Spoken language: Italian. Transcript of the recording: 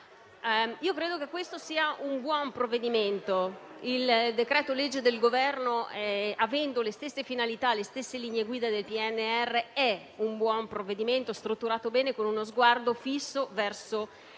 Credo che questo sia un buon provvedimento. Il decreto-legge del Governo, avendo le stesse finalità e le stesse linee guida del PNRR è un buon provvedimento e strutturato bene, con uno sguardo fisso verso il